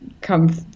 come